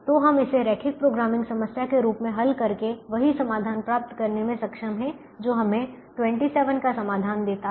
तो हम इसे रैखिक प्रोग्रामिंग समस्या के रूप में हल करके वही समाधान प्राप्त करने में सक्षम हैं जो हमें 27 का समाधान देता है